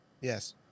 Yes